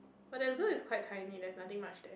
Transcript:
but the zoo is quite tiny there's nothing much there